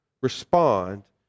respond